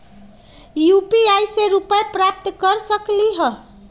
UPI से रुपए प्राप्त कर सकलीहल?